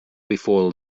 before